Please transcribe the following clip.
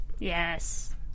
Yes